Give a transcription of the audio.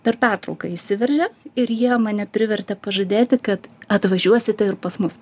per pertrauką įsiveržė ir jie mane privertė pažadėti kad atvažiuosite ir pas mus